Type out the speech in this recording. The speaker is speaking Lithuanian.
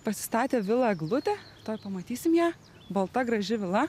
pasistatė vilą eglutė tuoj pamatysim ją balta graži vila